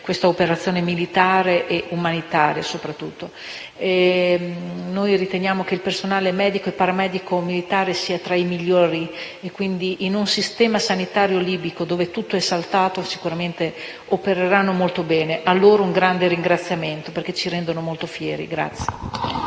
questa operazione militare e soprattutto umanitaria. Noi riteniamo che il personale medico e paramedico militare sia tra i migliori e, quindi, in un sistema sanitario libico, dove tutto è saltato, sicuramente opereranno molto bene; a loro un grande ringraziamento perché ci rendono molto fieri.